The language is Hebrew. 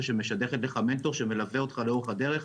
שמשדכת לך מנטור שמלווה אותך לאורך כל הדרך,